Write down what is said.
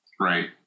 Right